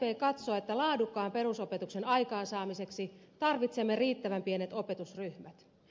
sdp katsoo että laadukkaan perusopetuksen aikaansaamiseksi tarvitsemme riittävän pienet opetusryhmät